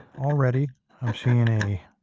already i'm seeing and a